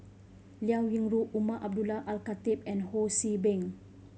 Liao Yingru Umar Abdullah Al Khatib and Ho See Beng